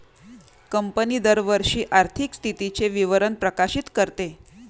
company दरवर्षी आर्थिक स्थितीचे विवरण प्रकाशित करते